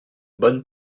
bonne